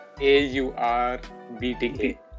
A-U-R-B-T-K